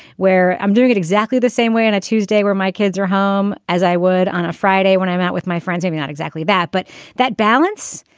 where i'm doing it exactly the same way on a tuesday where my kids are home as i would on a friday when i'm out with my friends, i'm not exactly that. but that balance,